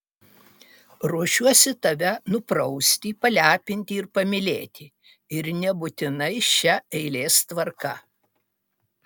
ruošiuosi tave nuprausti palepinti ir pamylėti ir nebūtinai šia eilės tvarka